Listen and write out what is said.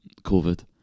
COVID